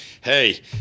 hey